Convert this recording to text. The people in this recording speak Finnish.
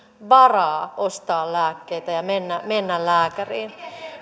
varaa ostaa lääkkeitä ja mennä lääkäriin